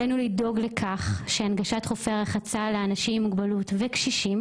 עלינו לדוג לכך שהנגשת חופי הרחצה לאנשים עם מוגבלות וקשישים